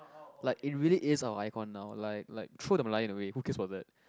like it really is our icon now like like throw the Merlion away who cares about that